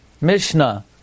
Mishnah